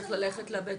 צריך ללכת לבית